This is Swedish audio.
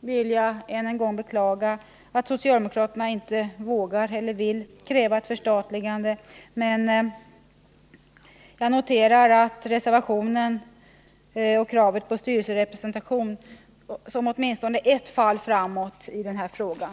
vill jag än en gång beklaga att socialdemokraterna inte vågar eller inte vill kräva ett förstatligande, men jag noterar reservationen och kravet på styrelserepresentation som åtminstone ett fall framåt i den här frågan.